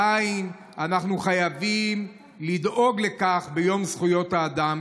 אנחנו חייבים לדאוג לכך ביום זכויות האדם,